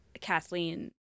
kathleen